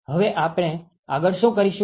હવે આપણે આગળ શું કરીશું